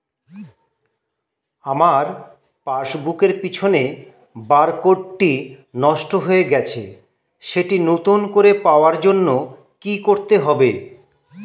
আমার পাসবুক এর পিছনে বারকোডটি নষ্ট হয়ে গেছে সেটি নতুন করে পাওয়ার জন্য কি করতে হবে?